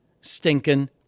stinking